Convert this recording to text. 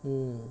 mm